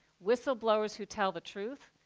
whistle-blowers who tell the truth,